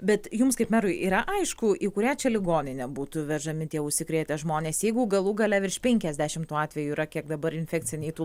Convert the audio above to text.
bet jums kaip merui yra aišku į kurią čia ligoninę būtų vežami tie užsikrėtę žmonės jeigu galų gale virš penkiasdešimt tų atvejų yra kiek dabar infekciniai tų